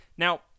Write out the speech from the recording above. Now